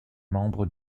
membre